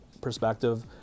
perspective